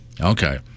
Okay